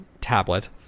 tablet